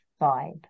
vibe